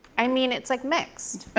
i mean, it's, like, mixed.